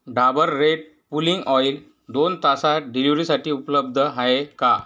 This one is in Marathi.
डाबर रेट पुलिंग ऑइल दोन तासात डिलिवरीसाठी उपलब्ध आहे का